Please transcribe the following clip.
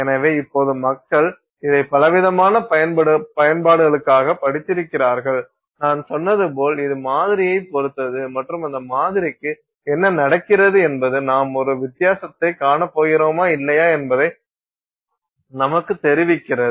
எனவே இப்போது மக்கள் இதைப் பலவிதமான பயன்பாடுகளுக்காகப் படித்திருக்கிறார்கள் நான் சொன்னது போல் இது மாதிரியைப் பொறுத்தது மற்றும் அந்த மாதிரிக்கு என்ன நடக்கிறது என்பது நாம் ஒரு வித்தியாசத்தைக் காணப்போகிறோமா இல்லையா என்பதை நமக்கு தெரிவிக்கிறது